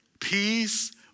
peace